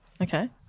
Okay